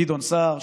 גדעון סער,